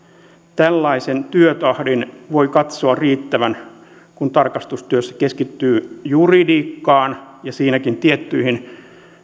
tällaisen työtahdin voi katsoa riittävän kun tarkastustyössä keskittyy juridiikkaan ja siinäkin tiettyihin